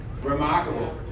remarkable